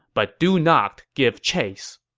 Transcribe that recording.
but do not give chase.